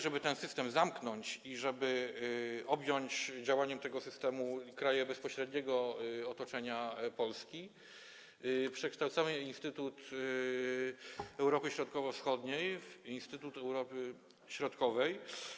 Żeby ten system zamknąć i żeby objąć działaniem tego systemu kraje bezpośredniego otoczenia Polski, przekształcamy Instytut Europy Środkowo-Wschodniej w Instytut Europy Środkowej.